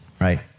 right